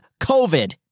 COVID